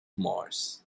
mars